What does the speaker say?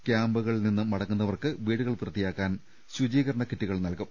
ക്യാമ്പുകളിൽ നിന്ന് മടങ്ങുന്നവർക്ക് വീടു കൾ വൃത്തിയാക്കാൻ ശുചീകരണ കിറ്റുകൾ നൽകും